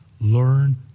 learn